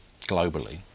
globally